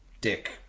dick